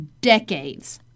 decades